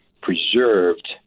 preserved